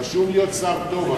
חשוב להיות שר טוב.